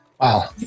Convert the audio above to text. Wow